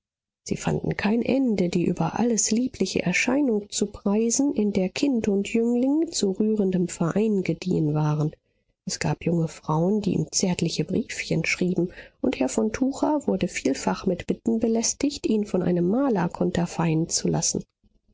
sie fanden kein ende die über alles liebliche erscheinung zu preisen in der kind und jüngling zu rührendem verein gediehen waren es gab junge frauen die ihm zärtliche briefchen schrieben und herr von tucher wurde vielfach mit bitten belästigt ihn von einem maler konterfeien zu lassen